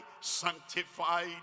sanctified